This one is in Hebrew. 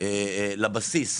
לבסיס